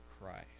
christ